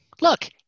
look